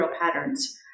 patterns